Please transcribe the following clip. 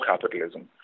capitalism